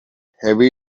heavy